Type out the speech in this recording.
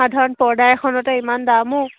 সাধাৰণ পৰ্দা এখনতে ইমান দাম অ'